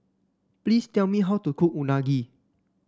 please tell me how to cook Unagi